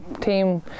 team